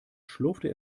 schlurfte